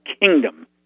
Kingdom